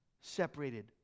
separated